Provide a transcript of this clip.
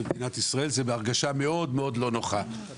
במדינת ישראל זאת הרגשה מאוד לא נוחה,